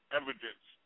evidence